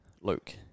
Luke